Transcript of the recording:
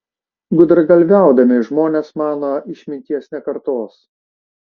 gudragalviaudami žmonės mano išminties nekartos